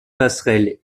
passerelle